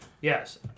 Yes